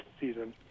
season